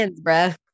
bruh